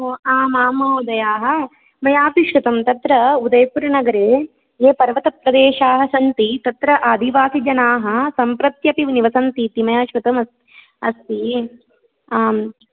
आम् आं महोदयाः मयापि श्रुतं तत्र उदयपुरनगरे ये पर्वतप्रदेशाः सन्ति तत्र आदिवासिजनाः सम्प्रत्यपि निवसन्ति इति मया श्रुतम् अस् अस्ति आम्